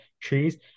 trees